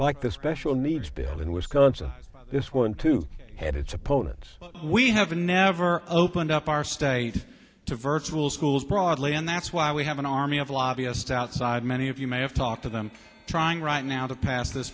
like this special needs bill in wisconsin this one too had its opponents we have never opened up our state to virtual schools broadly and that's why we have an army of lobbyist outside many of you may have talked to them trying right now to pass this